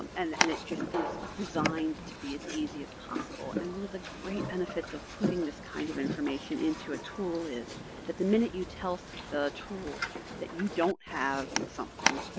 um and and it just is designed to be as easy as possible. and one of the great benefits of putting this kind of information into a tool is that the minute you tell the tool that you don't have something,